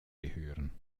gehören